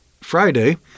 Friday